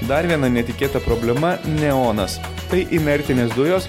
dar viena netikėta problema neonas tai inertinės dujos